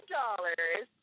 dollars